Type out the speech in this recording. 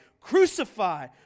Crucify